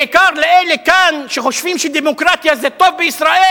בעיקר לאלה כאן שחושבים שדמוקרטיה זה טוב בישראל,